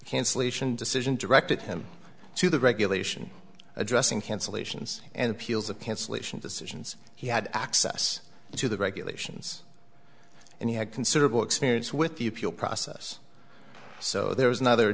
cancellation decision directed him to the regulation addressing cancellations and appeals of cancellation decisions he had access to the regulations and he had considerable experience with the appeal process so there was another